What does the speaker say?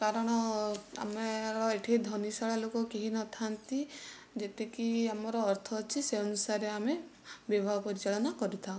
କାରଣ ଆମର ଏଠି ଧନିଶାଳ ଲୋକ କେହି ନ ଥାନ୍ତି ଯେତିକି ଆମର ଅର୍ଥ ଅଛି ସେହି ଅନୁସାରେ ଆମେ ବିବାହ ପରିଚାଳନା କରିଥାଉ